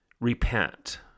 repent